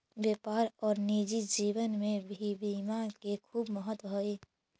व्यापार और निजी जीवन में भी बीमा के खूब महत्व हई